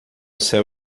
céu